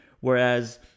Whereas